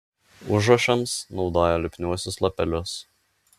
užrašams naudojo lipniuosius lapelius